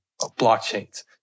blockchains